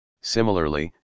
similarly